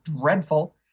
dreadful